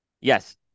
Yes